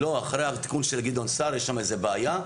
לא, אחרי התיקון של גדעון סער יש שם איזה בעיה.